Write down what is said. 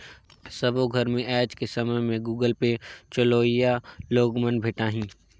सबो घर मे आएज के समय में ये गुगल पे चलोइया लोग मन भेंटाहि